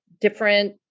different